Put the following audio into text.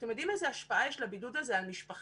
אתם יודעים איזו השפעה יש לבידוד הזה על משפחה,